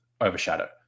Overshadow